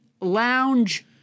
lounge